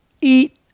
Eat